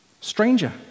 Stranger